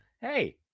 Hey